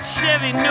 Chevy